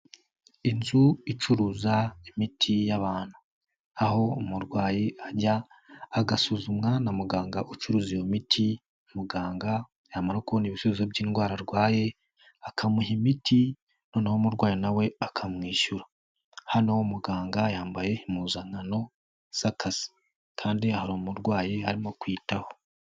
Inzu icuruza imiti y'abantu aho umurwayi ajya agasuzumwa na muganga ucuruza iyo miti, muganga yamara kubona ibisubizo by'indwara arwaye akamuha imiti noneho umurwayi na we akamwishyura, hano muganga yambaye impuzankano z'akazi kandi hari umurwayi arimo kwitaho.